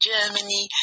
Germany